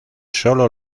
sólo